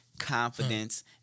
Confidence